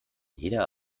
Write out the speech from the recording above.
jeder